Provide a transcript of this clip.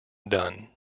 done